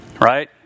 right